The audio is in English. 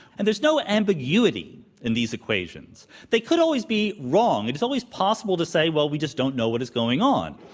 and there's no ambiguity in these equations. they could always be wrong. it is always possible to say, well, we just don't know what is going on.